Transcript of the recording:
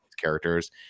characters